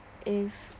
if